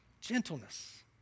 Gentleness